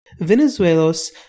Venezuelos